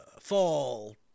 fall